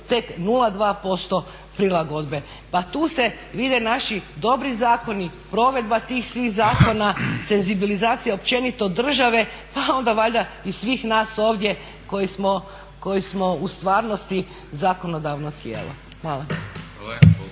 tek 0,2% prilagodbe. Pa tu se vide naši dobri zakoni, provedba tih svih zakona, senzibilizacija općenito države pa onda valjda i svih nas ovdje koji smo u stvarnosti zakonodavno tijelo. Hvala.